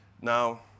Now